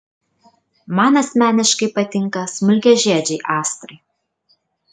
man asmeniškai patinka smulkiažiedžiai astrai